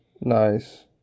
Nice